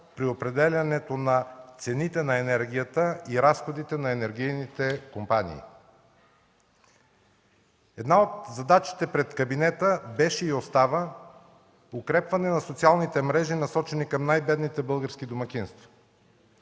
при определянето на цените на енергията и разходите на енергийните компании. Една от задачите пред кабинета беше и остава укрепване на социалните мрежи, насочени към най-бедните български домакинства.